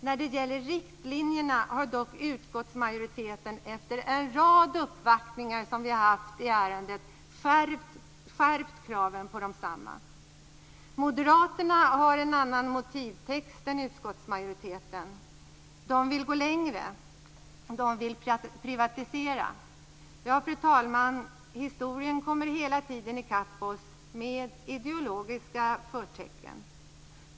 När det gäller riktlinjerna har dock utskottsmajoriteten efter en rad uppvaktningar som i ärendet skärpt kraven på desamma. Moderaterna har en annan motivtext än utskottsmajoriteten. De vill gå längre; de vill privatisera. Fru talman! Historien kommer hela tiden i kapp oss, med ideologiska förtecken.